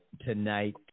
tonight